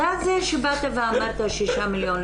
אתה זה שבאת ואמרת שישה מיליון.